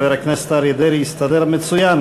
חבר הכנסת אריה דרעי הסתדר מצוין,